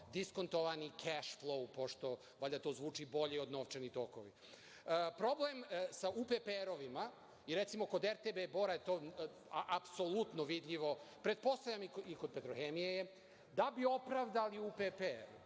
diskontovani keš flou, pošto to valjda zvuči bolje od novčani tokovi. Problem sa UPPR-ovima, recimo, kod RTB Bora je to apsolutno vidljivo, pretpostavljam i kod „Petrohemije“, da bi opravdali UPPR,